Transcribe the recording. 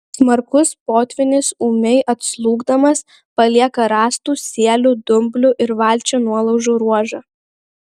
smarkus potvynis ūmiai atslūgdamas palieka rąstų sielių dumblių ir valčių nuolaužų ruožą